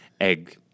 egg